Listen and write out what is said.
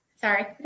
sorry